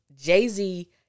Jay-Z